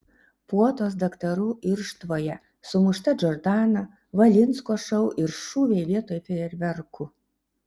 puotos daktarų irštvoje sumušta džordana valinsko šou ir šūviai vietoj fejerverkų